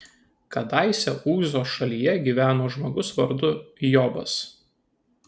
kadaise uzo šalyje gyveno žmogus vardu jobas